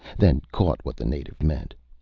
then caught what the native meant.